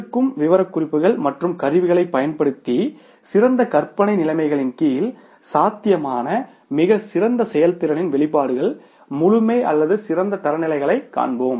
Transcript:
இருக்கும் விவரக்குறிப்புகள் மற்றும் கருவிகளைப் பயன்படுத்தி சிறந்த கற்பனை நிலைமைகளின் கீழ் சாத்தியமான மிகச் சிறந்த செயல்திறனின் வெளிப்பாடுகள் முழுமை அல்லது சிறந்த தரநிலைகலை காண்போம்